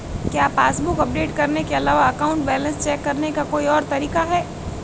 क्या passbook update करने के अलावा अकाउंट बैलेंस चेक करने का कोई और तरीका है?